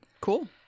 Cool